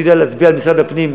אני יודע להצביע על משרד הפנים,